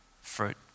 fruit